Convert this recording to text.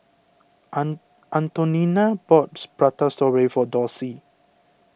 an Antonina bought Prata Strawberry for Dorsey